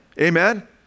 Amen